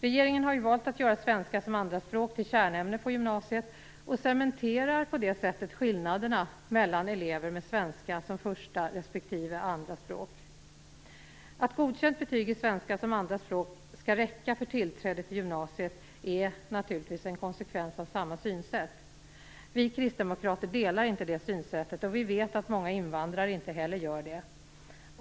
Regeringen har valt att göra svenska som andraspråk till kärnämne på gymnasiet och cementerar på det sättet skillnaderna mellan elever med svenska som förstaspråk och elever med svenska som andraspråk. Att godkänt betyg i svenska som andraspråk skall räcka för tillträde till gymnasiet är naturligtvis en konsekvens av samma synsätt. Vi kristdemokrater delar inte det synsättet, och vi vet att många invandrare inte heller gör det.